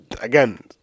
again